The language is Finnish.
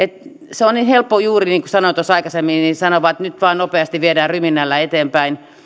se on niin helppoa juuri niin kuin sanoin tuossa aikaisemmin sanoa vain että nyt vain nopeasti viedään ryminällä eteenpäin